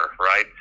right